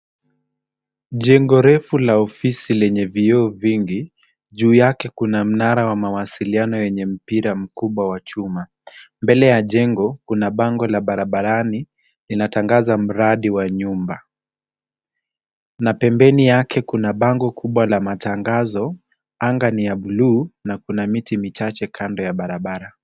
Jengo refu la ofisi lenye vioo vingi. Juu yake kuna mnara wa mawasiliano yenye mpira mkubwa wa chuma. Mbele ya jengo kuna bango la barabarani inatangaza mradi wa nyumba na pembeni yake kuna bango kubwa la matangazo. Anga ni ya bluu na kuna miti michache kando ya barabara.